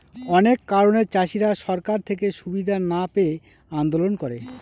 অনেক কারণে চাষীরা সরকার থেকে সুবিধা না পেয়ে আন্দোলন করে